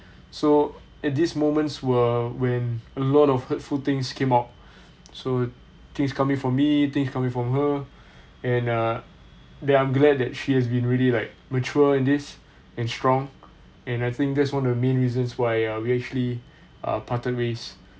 so at these moments were when a lot of hurtful things came out so things coming from me things coming from her and err that I'm glad that she has been really like mature in this and strong and I think that's one of the main reasons why uh we actually uh parted ways